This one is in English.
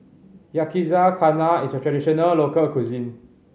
yakizakana is a traditional local cuisine